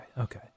okay